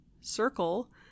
Circle